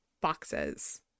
boxes